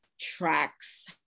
tracks